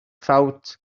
ffawt